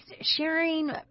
sharing